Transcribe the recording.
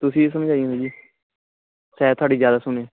ਤੁਸੀਂ ਸਮਝਾ ਸ਼ਾਇਦ ਤੁਹਾਡੀ ਜ਼ਿਆਦਾ ਸੁਣੇ